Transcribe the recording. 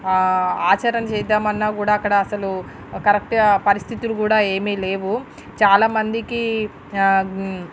ఆచరణ చేయిద్దాం అన్నా కూడా అక్కడ అసలు కరెక్ట్గా పరిస్థితులు కూడా ఏమీ లేవు చాలామందికి